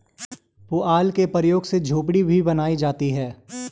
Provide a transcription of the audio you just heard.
पुआल के प्रयोग से झोपड़ी भी बनाई जाती है